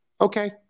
okay